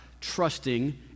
trusting